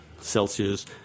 Celsius